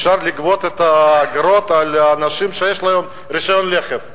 אפשר לגבות את האגרות מאנשים שיש להם רשיון רכב.